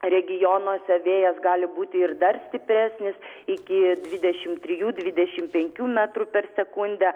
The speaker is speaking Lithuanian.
regionuose vėjas gali būti ir dar stipresnis iki dvidešim trijų dvidešim penkių metrų per sekundę